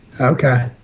okay